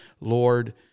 Lord